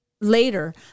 later